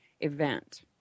event